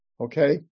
Okay